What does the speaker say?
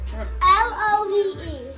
L-O-V-E